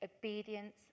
obedience